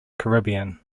caribbean